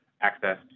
access